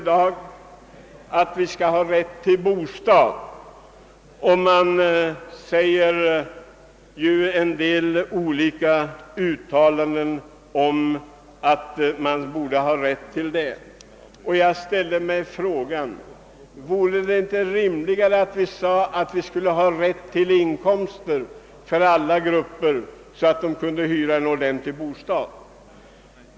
Jag läste i dagens nummer av Svenska Dagbladet en artikel, där det framhålles att vi alla bör ha rätt till en bostad. Jag ställer mig dock frågan om det inte vore rimligare att vi sade oss att alla grupper skulle ha rätt till inkomster som räckte till hyran för en ordentlig bostad.